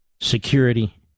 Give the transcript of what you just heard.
security